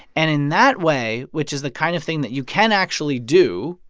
and in that way which is the kind of thing that you can actually do,